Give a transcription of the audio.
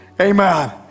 Amen